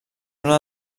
una